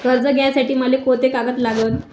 कर्ज घ्यासाठी मले कोंते कागद लागन?